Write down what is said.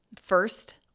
First